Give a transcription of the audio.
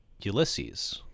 Ulysses